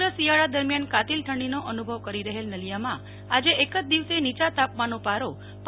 સમગ્ર શિયાળા દરમ્યાન કાતિલ ઠંડીનો અનુભવ કરી રફેલ નલિયામાં આજે એક જ દિવસે નીયા ેતાપમાનનો પારો પ